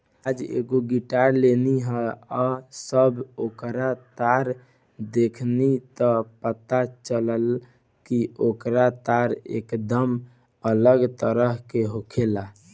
आज एगो गिटार लेनी ह आ जब ओकर तार देखनी त पता चलल कि ओकर तार एकदम अलग तरह के होखेला